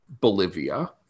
Bolivia